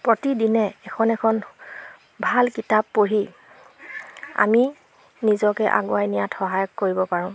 প্ৰতিদিনে এখন এখন ভাল কিতাপ পঢ়ি আমি নিজকে আগুৱাই নিয়াত সহায় কৰিব পাৰোঁ